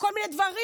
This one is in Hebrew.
כל מיני דברים,